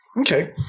Okay